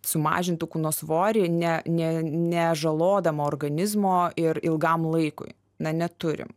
sumažintų kūno svorį ne ne nežalodama organizmo ir ilgam laikui na neturim